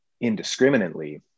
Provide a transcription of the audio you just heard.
indiscriminately